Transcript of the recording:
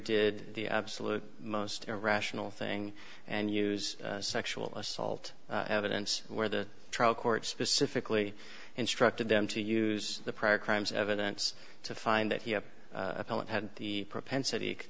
did the absolute most irrational thing and use sexual assault evidence where the trial court specifically instructed them to use the prior crimes evidence to find that he had the propensity